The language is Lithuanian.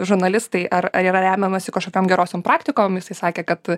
žurnalistai ar ar yra remiamasi kažkokiom gerosiom praktikom jisai sakė kad